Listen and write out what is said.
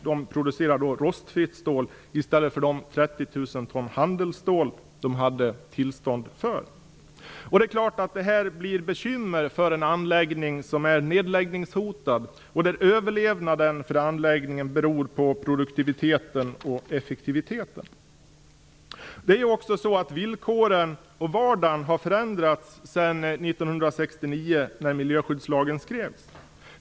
De producerar rostfritt stål i stället för de 30 000 ton handelsstål de hade tillstånd för. Det är klart att det blir ett bekymmer för en anläggning som är nedläggningshotad, och där överlevnaden för anläggningen beror på produktiviteten och effektiviteten. Det är också så att villkoren och vardagen har förändrats sedan 1969 när miljöskyddslagen skrevs.